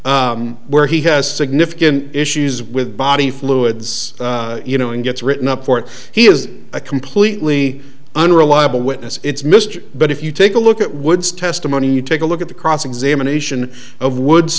where where he has significant issues with body fluids you know and gets written up for it he is a completely unreliable witness it's mystery but if you take a look at wood's testimony you take a look at the cross examination of wood